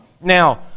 now